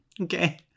okay